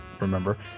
remember